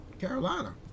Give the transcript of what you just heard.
Carolina